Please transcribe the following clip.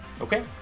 okay